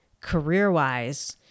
career-wise